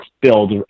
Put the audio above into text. build